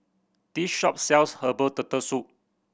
this shop sells herbal Turtle Soup